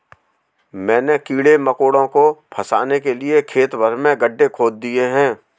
मैंने कीड़े मकोड़ों को फसाने के लिए खेत भर में गड्ढे खोद दिए हैं